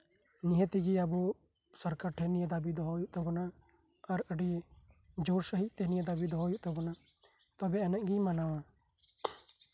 ᱱᱤᱭᱟᱹ ᱠᱚᱦᱚᱸ ᱟᱵᱚ ᱥᱚᱨᱠᱟᱨ ᱴᱷᱮᱱᱦᱚᱸ ᱫᱟᱹᱵᱤ ᱫᱚᱦᱚᱭ ᱦᱩᱭᱩᱜ ᱛᱟᱵᱳᱱᱟ ᱟᱨ ᱟᱹᱰᱤ ᱡᱳᱨ ᱥᱟᱹᱦᱤᱡ ᱛᱮᱜᱮ ᱱᱤᱭᱟᱹ ᱫᱟᱹᱵᱤ ᱫᱚᱦᱚᱭ ᱦᱩᱭᱩᱜ ᱛᱟᱵᱳᱱᱟ ᱛᱚᱵᱮ ᱟᱹᱱᱤᱡ ᱜᱮ ᱢᱟᱱᱟᱣᱟ